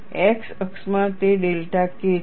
x અક્ષમાં તે delta K છે